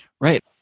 Right